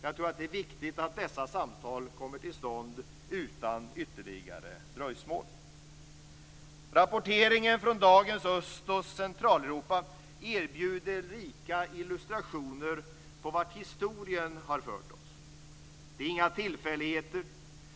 Jag tror att det är viktigt att dessa samtal kommer till stånd utan ytterligare dröjsmål. Rapporteringen från dagens Öst och Centraleuropa erbjuder rika illustrationer på vart historien har fört oss. Det är inga tillfälligheter.